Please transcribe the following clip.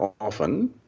often